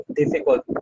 difficult